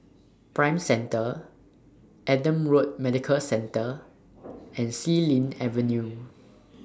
Prime Centre Adam Road Medical Centre and Xilin Avenue